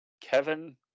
Kevin